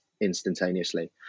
instantaneously